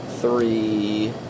three